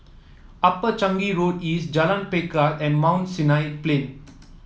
Upper Changi Road East Jalan Pelikat and Mount Sinai Plain